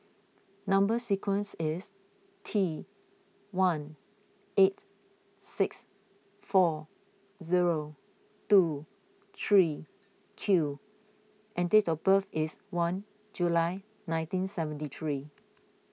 Number Sequence is T one eight six four zero two three Q and date of birth is one July nineteen seventy three